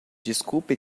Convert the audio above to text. desculpe